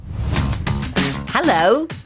Hello